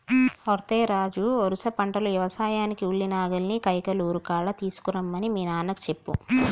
ఓరై రాజు వరుస పంటలు యవసాయానికి ఉలి నాగలిని కైకలూరు కాడ తీసుకురమ్మని మీ నాన్నకు చెప్పు